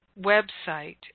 website